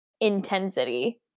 intensity